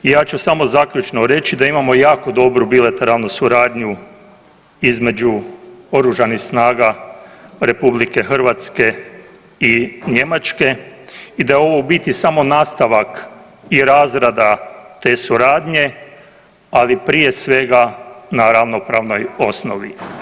Ja ću samo zaključno reći da imamo jako dobru bilateralnu suradnju između Oružanih snaga Republike Hrvatske i Njemačke i da je ovo u biti samo nastavak i razrada te suradnje, ali prije svega na ravnopravnoj osnovi.